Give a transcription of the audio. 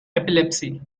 epilepsy